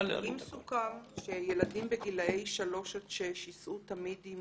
סוכם שילדים בגילאי שלוש עד שש ייסעו תמיד עם